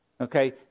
Okay